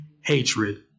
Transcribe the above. hatred